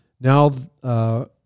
now